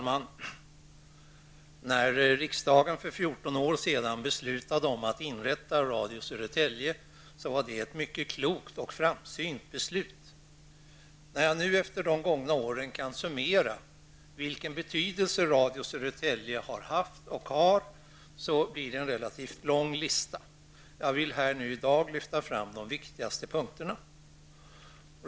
Herr talman! För 14 år sedan beslutade riksdagen att inrätta Radio Södertälje, och det var ett mycket klokt och framsynt beslut. När jag nu efter de gångna åren med denna verksamhet summerar vilken betydelse Radio Södertälje har haft, och har, blir listan relativt lång. Jag vill här i dag lyfta fram de viktigaste punkterna.